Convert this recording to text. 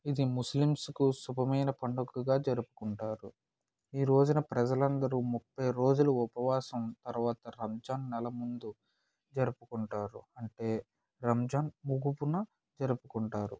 ఇది ముస్లిమ్స్ కు శుభమైన పండుగగా జరుపుకుంటారు ఈరోజున ప్రజలందరూ ముప్పై రోజులు ఉపవాసం తర్వాత రంజాన్ నెల ముందు జరుపుకుంటారు అంటే రంజాన్ ముగ్గుకున్న జరుపుకుంటారు